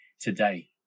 today